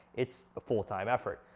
it's a full-time effort